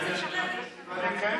ההצעה להעביר את הנושא לוועדת החוקה,